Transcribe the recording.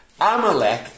Amalek